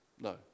No